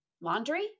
laundry